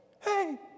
Hey